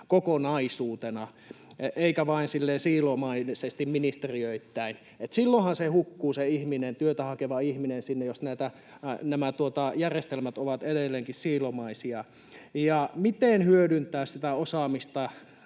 kokonaisuutena, eikä vain silleen siilomaisesti ministeriöittäin. Silloinhan se hukkuu se ihminen, työtä hakeva ihminen sinne, jos nämä järjestelmät ovat edelleenkin siilomaisia. Ja miten hyödyntää sitä osaamista